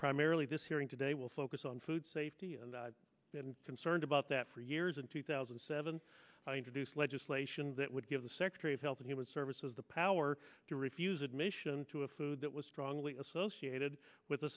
primarily this hearing today will focus on food safety and concerned about that for years in two thousand seven hundred use legislation that would give the secretary of health and human services the power to refuse admission to a food that was strongly associated with a